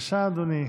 אדוני,